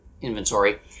inventory